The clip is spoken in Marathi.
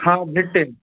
हा भेटेल